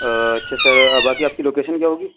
اچھا سر باقی آپ کی لوکیشن کیا ہوگی